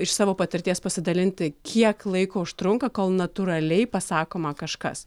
iš savo patirties pasidalinti kiek laiko užtrunka kol natūraliai pasakoma kažkas